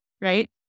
right